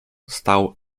stał